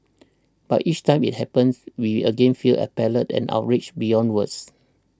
but each time it happens we again feel appalled and outraged beyond words